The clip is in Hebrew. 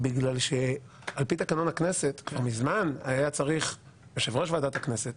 בגלל שעל פי תקנון הכנסת כבר מזמן היה צריך יושב-ראש ועדת הכנסת